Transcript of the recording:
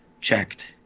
checked